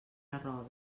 arroves